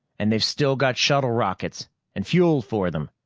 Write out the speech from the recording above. and they've still got shuttle rockets and fuel for them.